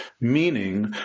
meaning